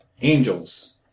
angels